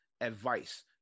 advice